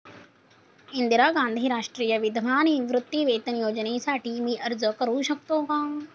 इंदिरा गांधी राष्ट्रीय विधवा निवृत्तीवेतन योजनेसाठी मी अर्ज करू शकतो?